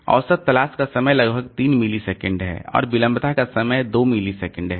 तो औसत तलाश का समय लगभग 3 मिलीसेकंड है और विलंबता का समय 2 मिलीसेकंड है